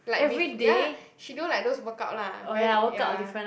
like bef~ ya she do like those workout lah very ya